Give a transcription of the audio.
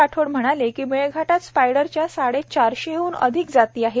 राठोड म्हणाले की मेळघाटात स्पायडरच्या साडेचारशेहन अधिक जाती आहेत